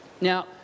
Now